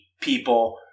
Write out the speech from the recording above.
people